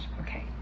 okay